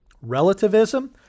relativism